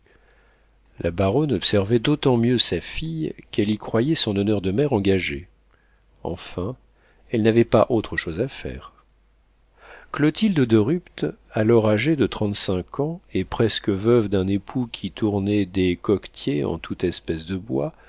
la baronne observait d'autant mieux sa fille qu'elle y croyait son honneur de mère engagé enfin elle n'avait pas autre chose à faire clotilde de rupt alors âgée de trente-cinq ans et presque veuve d'un époux qui tournait des coquetiers en toute espèce de bois